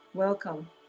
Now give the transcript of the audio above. Welcome